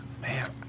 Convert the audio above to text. man